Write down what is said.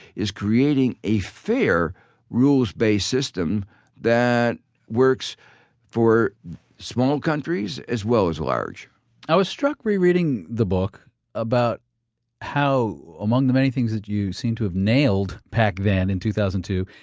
is creating a fair rules-based system that works for small countries as well as large i was struck rereading the book about how, among the many things that you seem to have nailed back then in two thousand and two,